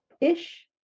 ish